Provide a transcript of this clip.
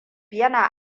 yana